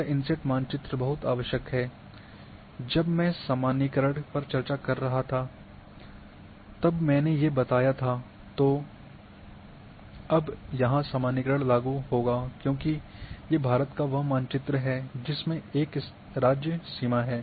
यह इनसेट मानचित्र बहुत आवश्यक है जब मैं सामान्यीकरण पर चर्चा कर रहा था तब मैंने ये बताया था तो अब यहाँ सामान्यीकरण लागू होगा क्योंकि ये भारत का वह मानचित्र जिसमे एक राज्य सीमा है